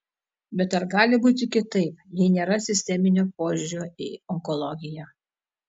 bet ar gali būti kitaip jei nėra sisteminio požiūrio į onkologiją